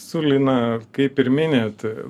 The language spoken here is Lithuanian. su lina kaip ir minit